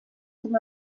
com